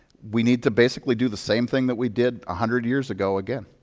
we need to basically do the same thing that we did a hundred years ago, again.